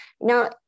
Now